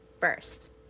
first